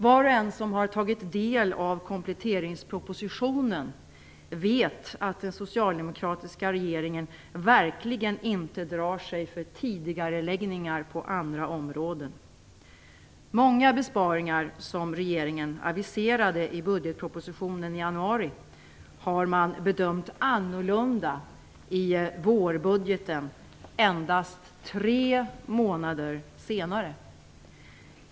Var och en som har tagit del av kompletteringspropositionen vet att den socialdemokratiska regeringen verkligen inte drar sig för tidigareläggningar. Många besparingar som regeringen aviserade i budgetpropositionen i januari har man bedömt annorlunda i vårbudgeten endast tre månader senare.